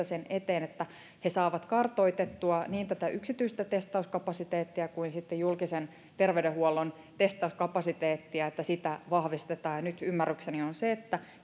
sen eteen että he saavat kartoitettua niin yksityistä testauskapasiteettia kuin julkisen terveydenhuollon testauskapasiteettia että sitä vahvistetaan ja nyt ymmärrykseni on se että